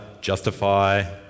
justify